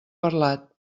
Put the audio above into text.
parlat